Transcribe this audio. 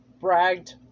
bragged